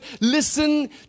Listen